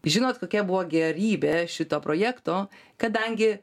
žinot kokia buvo gėrybė šito projekto kadangi